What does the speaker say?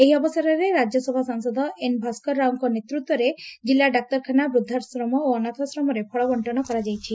ଏହି ଅବସରରେ ରାଜ୍ୟସଭା ସାଂସଦ ଏନ୍ ଭାସ୍କର ରାଓଙ୍କ ନେତୃତ୍ୱରେ କିଲ୍ଲା ଡାକ୍ତରଖାନା ବୃଦ୍ଧାଶ୍ରମ ଓ ଅନାଥାଶ୍ରମରେ ଫଳ ବକ୍କନ କରାଯାଇଛି